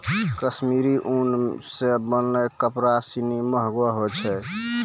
कश्मीरी उन सें बनलो कपड़ा सिनी महंगो होय छै